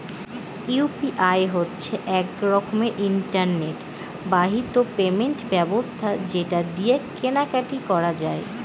UPI হচ্ছে এক রকমের ইন্টারনেট বাহিত পেমেন্ট ব্যবস্থা যেটা দিয়ে কেনা কাটি করা যায়